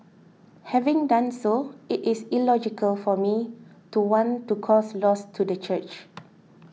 having done so it is illogical for me to want to cause loss to the church